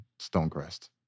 Stonecrest